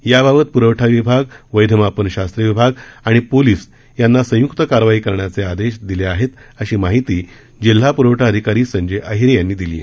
याबाबत प्रवठा विभाग वैध मापन शास्त्रविभाग आणि पोलीस यांना संयुक्त कारवाई करण्याचे आदेश देण्यात आले आहेत अशी माहिती जिल्हाप्रवठा अधिकारी संजय अहिरे यांनी दिली आहे